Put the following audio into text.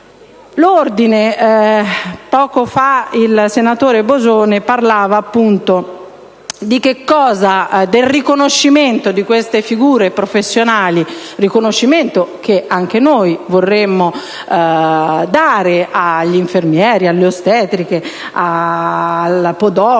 dell'Aula. Poco fa il senatore Bosone parlava del riconoscimento di queste figure professionali, riconoscimento che anche noi vorremmo dare agli infermieri, alle ostetriche, al podologo,